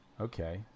okay